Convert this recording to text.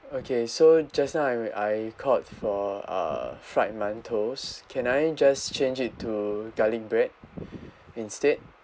okay so just I I called for uh fried mantous can I just change it to garlic bread instead